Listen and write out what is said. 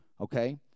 okay